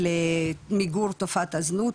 למיגור תופעת הזנות,